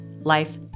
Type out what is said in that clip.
life